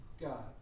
God